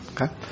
Okay